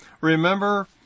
Remember